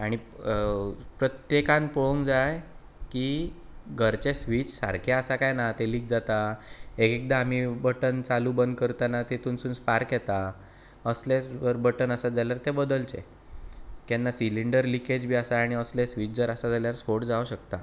आनी प्रत्येकान पळोवंक जाय की घरचे स्वीच सारके आसा कांय ना ते लीक जाता एक एकदां आमी बटन चालू बंद करताना तेतुनसून स्पार्क येता असले जर बटन आसा जाल्यार ते बदलचे केन्ना सिलिंडर लिकेज बी आसा आनी असले स्वीच जर आसा जाल्यार स्पोट जावं शकता